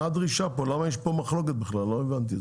מה הדרישה פה, למה יש פה מחלוקת בכלל, לא הבנתי.